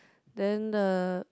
then the